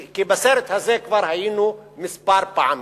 כי בסרט הזה כבר היינו כמה פעמים.